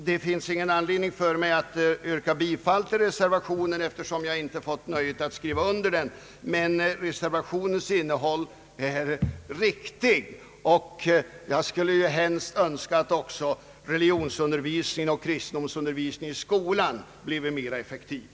Det finns ingen anledning för mig att yrka bifall till reservationen, eftersom jag inte fått nöjet att skriva under den, men reservationens innehåll är riktigt, och jag önskar helst att också religionsundervisningen och kristendomsundervisningen i skolan bleve effektivare.